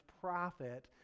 profit